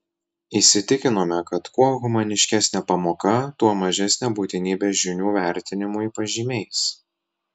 įsitikinome kad kuo humaniškesnė pamoka tuo mažesnė būtinybė žinių vertinimui pažymiais